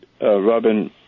Robin